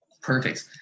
Perfect